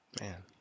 Man